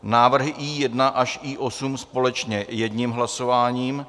Návrhy I1 až I8 společně jedním hlasováním.